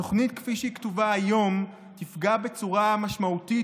התוכנית כפי שהיא כתובה היום תפגע בצורה משמעותית